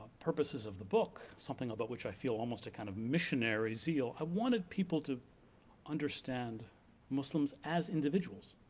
purposes of the book, something about which i feel almost a kind of missionary zeal, i wanted people to understand muslims as individuals.